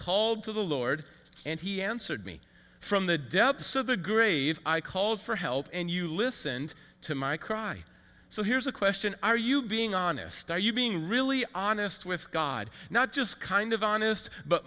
called to the lord and he answered me from the depths of the grave i called for help and you listened to my cry so here's a question are you being honest are you being really honest with god not just kind of honest but